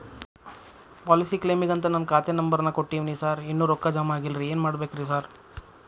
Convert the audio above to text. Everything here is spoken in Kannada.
ಪಾಲಿಸಿ ಕ್ಲೇಮಿಗಂತ ನಾನ್ ಖಾತೆ ನಂಬರ್ ನಾ ಕೊಟ್ಟಿವಿನಿ ಸಾರ್ ಇನ್ನೂ ರೊಕ್ಕ ಜಮಾ ಆಗಿಲ್ಲರಿ ಏನ್ ಮಾಡ್ಬೇಕ್ರಿ ಸಾರ್?